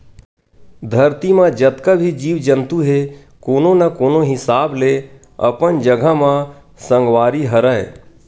धरती म जतका भी जीव जंतु हे कोनो न कोनो हिसाब ले अपन जघा म संगवारी हरय